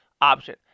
option